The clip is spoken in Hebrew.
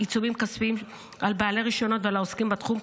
עיצומים כספיים על בעלי רישיונות ועל העוסקים בתחום,